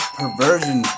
perversion